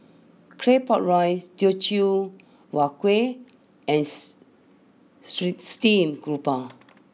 Claypot Rice Teochew Huat Kuih and stream grouper